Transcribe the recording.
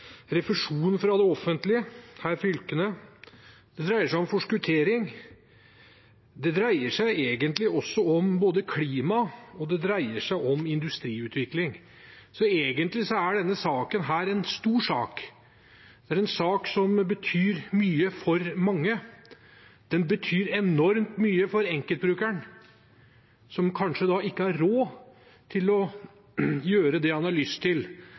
forskuttering. Det dreier seg egentlig også om både klima og industriutvikling, så egentlig er dette en stor sak. Det er en sak som betyr mye for mange. Den betyr enormt mye for enkeltbrukeren, som kanskje ikke har råd til å gjøre det han har lyst til,